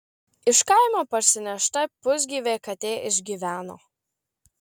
iš kaimo parsinešta pusgyvė katė išgyveno